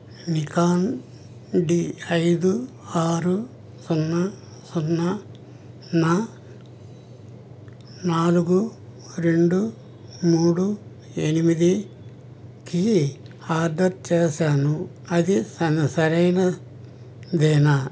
Nikon D ఐదు ఆరు సున్నా సున్నాను నాలుగు రెండు మూడు ఎనిమిదికి ఆర్డర్ చేసాను అది సనా సరైనదేనా